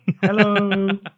Hello